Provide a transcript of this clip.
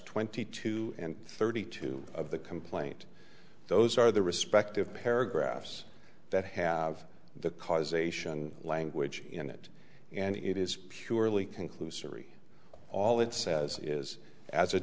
twenty two and thirty two of the complaint those are the respective paragraphs that have the causation language in it and it is purely conclusory all it says is as